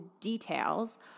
details